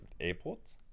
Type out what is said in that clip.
airports